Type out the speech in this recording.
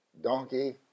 donkey